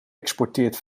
exporteert